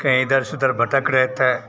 कहीं इधर से उधर भटक रहे थे